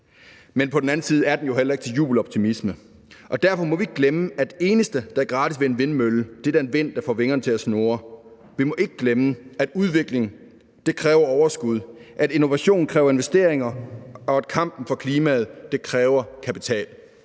men på den anden side er den jo heller ikke til jubeloptimisme. Og derfor må vi ikke glemme, at det eneste, der er gratis ved en vindmølle, er den vind, der får vingerne til at snurre. Vi må ikke glemme, at udvikling kræver overskud, at innovation kræver investeringer, og at kampen for klimaet kræver kapital.